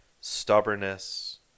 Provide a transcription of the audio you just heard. stubbornness